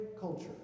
culture